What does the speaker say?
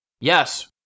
Yes